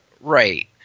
Right